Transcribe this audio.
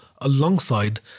alongside